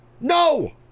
No